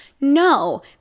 No